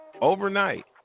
overnight